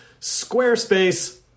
Squarespace